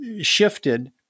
shifted